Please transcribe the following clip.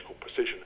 precision